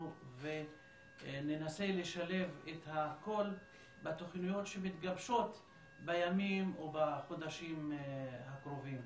וננסה לשלב את הכול בתכניות שמתגבשות בימים ובחודשים הקרובים.